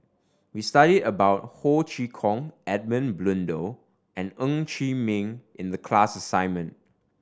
we studied about Ho Chee Kong Edmund Blundell and Ng Chee Meng in the class assignment